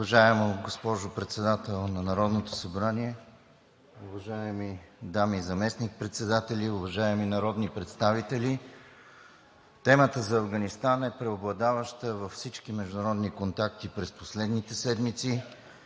Уважаема госпожо Председател на Народното събрание, уважаеми дами заместник-председатели, уважаеми народни представители! Темата за Афганистан е преобладаваща във всички международни контакти през последните седмици.